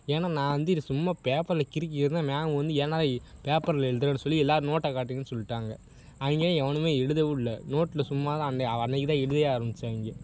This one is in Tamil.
ஏன்னால் நான் வந்து இதை சும்மா பேப்பரில் கிறுக்கியிருந்தேன் மேம் வந்து என்னடா பேப்பரில் எழுதுறேன்னு சொல்லி எல்லாேரும் நோட்டை காட்டுங்கனு சொல்விட்டாங்க அவங்க எவனுமே எழுதவும் இல்லை நோட்டில் சும்மா தான் அந்த அந்த இதை எழுதவே ஆரம்பிச்சாங்க